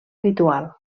habitual